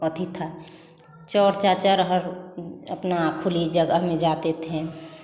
पथिथा चौर चाचर अपना खुली जगह में जाते थे